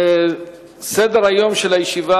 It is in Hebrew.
למזכירת הכנסת יש הודעה.